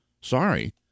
Sorry